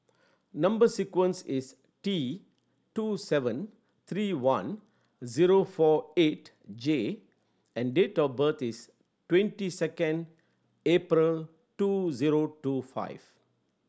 number sequence is T two seven three one zero four eight J and date of birth is twenty second April two zero two five